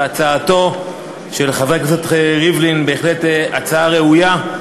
הצעתו של חבר הכנסת ריבלין היא בהחלט הצעה ראויה.